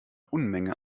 unmenge